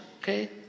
Okay